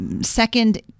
second